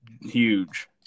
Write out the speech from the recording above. huge